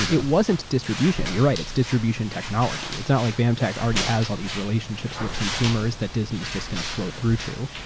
it wasn't distribution. you're right. it's distribution technology. it's not like bamtech already has all these relationships with consumers that disney is going to flow through to.